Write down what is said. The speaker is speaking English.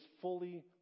fully